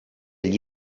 gli